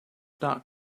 not